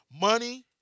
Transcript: Money